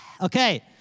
Okay